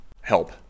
help